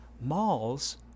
Malls